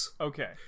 okay